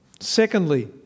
Secondly